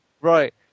Right